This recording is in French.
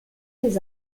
des